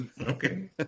Okay